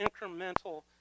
incremental